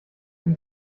dem